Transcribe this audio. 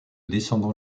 descendant